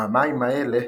מהמים אלה,